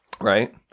Right